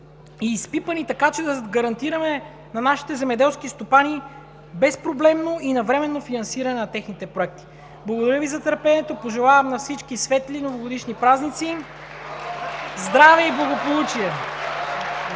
и изпипани така, че да гарантираме на нашите земеделски стопани безпроблемно и навременно финансиране на техните проекти. Благодаря Ви за търпението. Пожелавам на всички светли новогодишни празници, здраве и благополучие!